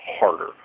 harder